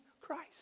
Christ